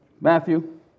Matthew